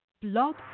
Blog